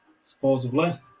Supposedly